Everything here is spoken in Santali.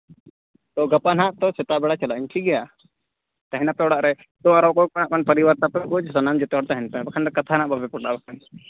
ᱛᱳ ᱜᱟᱯᱟ ᱱᱟᱦᱟᱸᱜ ᱛᱳ ᱥᱮᱛᱟᱜ ᱵᱮᱲᱟ ᱪᱟᱞᱟᱜ ᱟᱹᱧ ᱴᱷᱤᱠ ᱜᱮᱭᱟ ᱛᱟᱦᱮᱱᱟᱯᱮ ᱚᱲᱟᱜ ᱨᱮ ᱛᱳ ᱟᱨ ᱚᱠᱚᱭ ᱡᱚᱛᱚ ᱦᱚᱲ ᱛᱟᱦᱮᱱ ᱯᱮ ᱵᱟᱠᱷᱟᱱ ᱠᱟᱛᱷᱟ ᱦᱟᱸᱜ ᱵᱟᱠᱷᱟᱱ